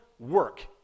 work